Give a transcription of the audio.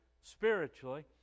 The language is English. spiritually